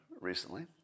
recently